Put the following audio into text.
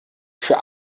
für